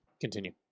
Continue